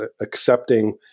accepting